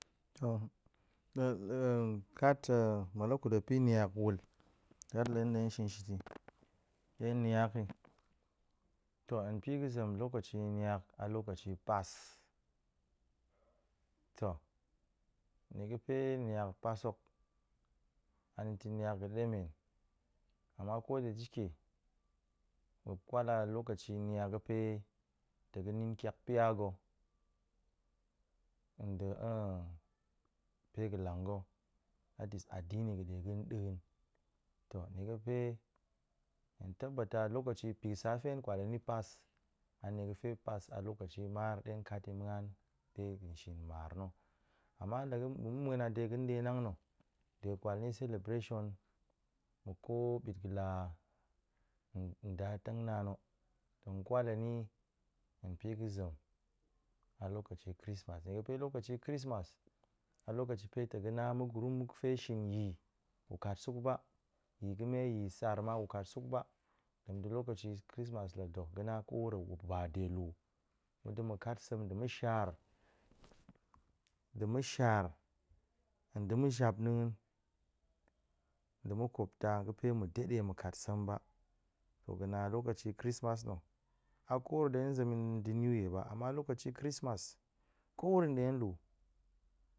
kat ta̱ muep la kut muep yin niak wul, kat la hen de shin shit yi de niak yi, toh hen pi ga̱ zem lokaci niak a lokaci pas, toh, nie ga̱fe niak pas hok a niak ga̱ ɗemen, a ma ko da shike ma̱p kwal a lokaci niak ga̱pe tong ga̱ nin tiak pia ga̱ de pe ga̱lang ga̱ adini ga̱ de ga̱n diin, toh nie ga̱pe hen tabata lokaci bi ga̱ sa hen kwal hen ni pas an nie ga̱fe pas a lokaci maar de kat yi ma̱a̱n de ga̱n shin ma̱a̱r na̱ ama la ma̱ tong mạ muen de ga̱n denang na̱ de kwal nie celebration muk ko bit ga̱ la nda tengnaan hok, tong kwal hen ni hen pi ga̱ zem a lokaci chrismas nie ga̱fe lokaci chrismas lokaci pe tong ga̱ na mu gurum ga̱pe shin yi gu kat suk ba, yi ga̱me yi saar ma gu kat suk ba, ɗem nde lokaci chrismas la do ga̱ na kowuru ba delu, mu de ma̱ kat sem nde ma̱shar, nde ma̱shar, nda̱ ma̱japna̱a̱n, nda̱ makopta ga̱fe ma̱ dade ma̱ kat sem ba, toh ga̱na lokaci chrismas na̱, a ko wuro de zem yi da̱ new year ba, ama lokaci chrismas, kowuru de nlu